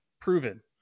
proven